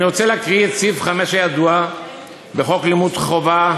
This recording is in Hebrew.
אני רוצה להקריא את סעיף 5(א) הידוע בחוק לימוד חובה,